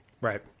Right